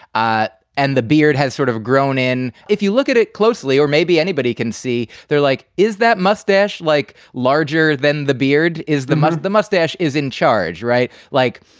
ah and the beard has sort of grown in, if you look at it closely or maybe anybody can see, they're like, is that mustache like larger than the beard is the month the mustache is in charge? right like,